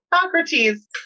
Socrates